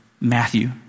Matthew